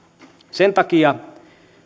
sen takia